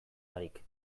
barik